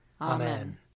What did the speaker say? Amen